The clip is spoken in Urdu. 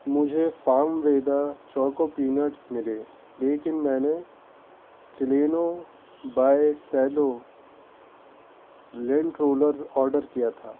مجھے فام ویدا چوکو پینٹس ملے لیکن میں نے کلینو بائی سیلو لینٹ رولر آڈر کیا تھا